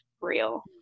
real